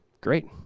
Great